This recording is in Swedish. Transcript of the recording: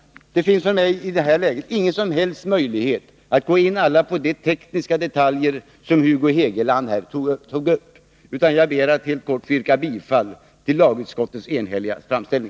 Det finns i detta läge ingen som helst möjlighet för mig att gå in på alla de tekniska detaljer som Hugo Hegeland här tog upp. Jag ber att helt kort få yrka bifall till lagutskottets enhälliga hemställan.